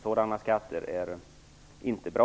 Sådana skatter är inte bra.